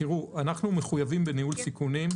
תראו, אנחנו מחויבים בניהול סיכונים.